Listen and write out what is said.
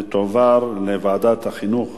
ותועבר לוועדת החינוך,